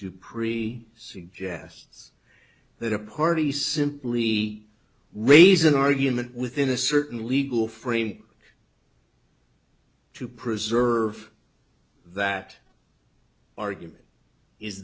du pree suggests that a party simply raise an argument within a certain legal frame to preserve that argument is